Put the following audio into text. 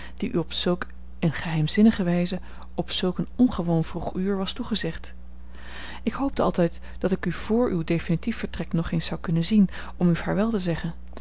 die u op zulk eene geheimzinnige wijze op zulk een ongewoon vroeg uur was toegezegd ik hoopte altijd dat ik u vr uw definitief vertrek nog eens zou kunnen zien om u vaarwel te zeggen